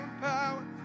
power